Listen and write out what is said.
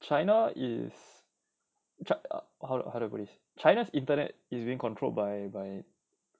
china is how do I put this china's internet is being controlled by by